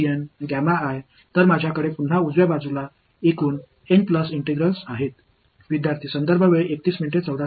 எனவே நான் மீண்டும் வலது புறத்தில் மொத்தம் n பிளஸ் 1 ஒருங்கிணைப்புகளைக் கொண்டிருக்கிறேன்